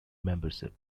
membership